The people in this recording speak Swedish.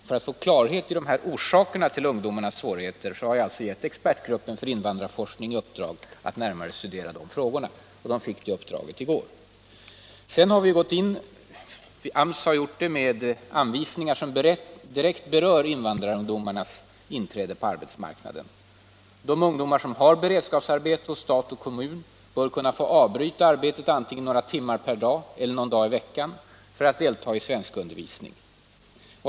För att få klarhet i orsakerna till ungdomarnas svårigheter har jag alltså gett expertgruppen för invandrarforskning i uppdrag att närmare studera de frågorna. Den fick det uppdraget i går. Vidare har AMS gått in med anvisningar som direkt berör invandrar De ungdomar som har beredskapsarbete hos stat och kommun bör få kunna avbryta arbetet antingen några timmar per dag eller någon dag i veckan för att delta i svenskundervisning.